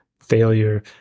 failure